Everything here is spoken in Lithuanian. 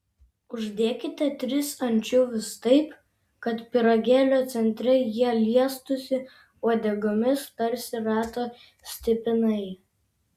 uždėkite tris ančiuvius taip kad pyragėlio centre jie liestųsi uodegomis tarsi rato stipinai